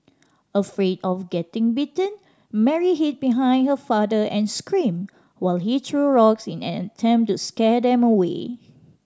afraid of getting bitten Mary hid behind her father and screamed while he threw rocks in an attempt to scare them away